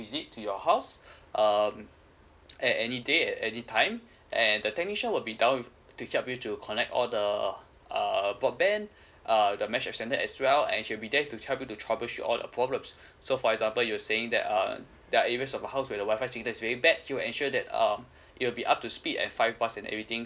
visit to your house um at any day at any time and the technician will be down~ take care of you to connect all the err broadband err the mesh extender as well and he shall be there to help you to troubleshoot all the problems so for example you are saying that um there are areas of the house where the wifi signal is very bad he will ensure that um it will be up to speed and five bars in everything